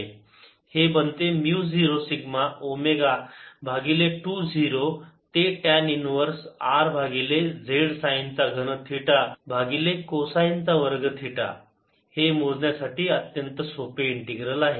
हे बनते mu 0 sigma omega भागिले 2 0 ते टॅन इन्व्हर्स R भागिले z साइन चा घन थिटा भागिले को साइन चा वर्ग थिटा हे मोजण्यासाठी अत्यंत सोपे इंटीग्रल आहे